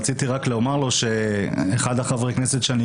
רציתי רק לומר לו שאחד מחברי הכנסת שאני